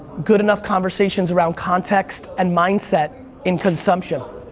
good enough conversations around context and mindset in consumption.